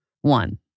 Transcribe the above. One